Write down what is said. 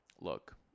look